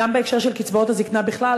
גם בהקשר של קצבאות הזיקנה בכלל,